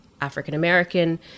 African-American